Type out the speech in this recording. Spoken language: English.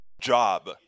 job